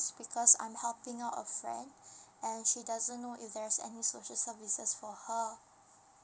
because I'm helping out a friend and she doesn't know if there is any social services for her